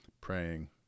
praying